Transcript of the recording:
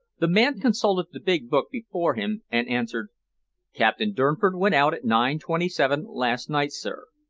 the man consulted the big book before him, and answered captain durnford went out at nine twenty seven last night, sir,